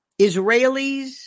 Israelis